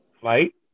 Flight